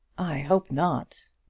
i hope not.